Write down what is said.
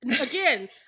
again